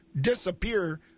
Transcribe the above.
disappear